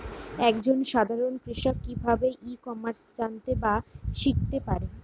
এক জন সাধারন কৃষক কি ভাবে ই কমার্সে জানতে বা শিক্ষতে পারে?